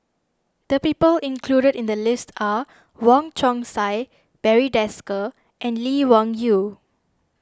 the people included in the list are Wong Chong Sai Barry Desker and Lee Wung Yew